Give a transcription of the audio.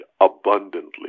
abundantly